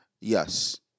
Yes